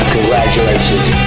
Congratulations